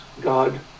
God